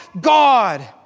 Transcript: God